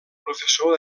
professor